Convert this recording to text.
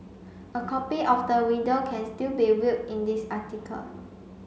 a copy of the video can still be viewed in this article